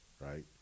right